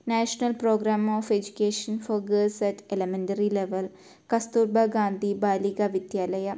national program of education for girls at elementary level Kasturba Gandhi Balika Vidyalaya